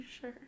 sure